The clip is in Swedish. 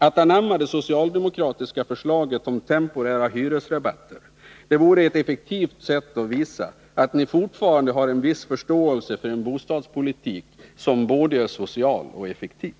Att anamma det socialdemokratiska förslaget om temporära hyresrabatter vore ett effektivt sätt att visa att ni fortfarande har en viss förståelse för en bostadspolitik som är både social och effektiv.